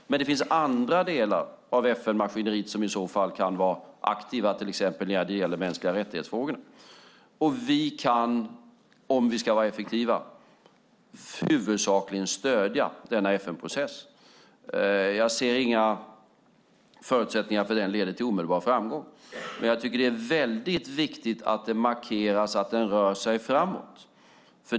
Det finns andra delar av FN-maskineriet som i så fall kan vara aktiva till exempel när det gäller frågor om mänskliga rättigheter. Vi kan om vi ska vara effektiva huvudsakligen stödja denna FN-process. Jag ser inte förutsättningar för att den leder till omedelbar framgång. Men det är väldigt viktigt att det markeras att den rör sig framåt.